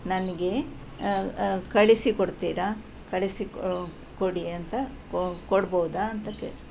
ನನಗೆ ಕಳಿಸಿ ಕೊಡ್ತೀರಾ ಕಳಿಸಿ ಕೊ ಕೊಡಿ ಅಂತ ಕೊ ಕೊಡ್ಬೌದಾ ಅಂತ ಕೇಳಿ